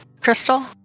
crystal